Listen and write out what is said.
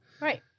Right